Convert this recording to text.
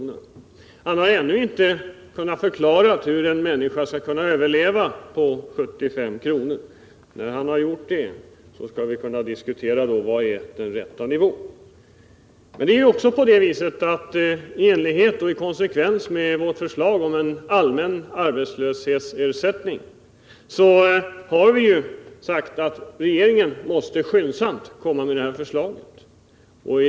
Elver Jonsson har ännu inte kunnat förklara hur en människa skall kunna överleva på 75 kr. När han har gjort det, skall vi diskutera vad som är den rätta nivån. I konsekvens med vårt förslag om en allmän arbetslöshetsersättning har vi sagt att regeringen skyndsamt måste komma med förslag.